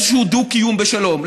לאיזשהו דו-קיום בשלום,